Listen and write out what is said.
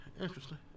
Interesting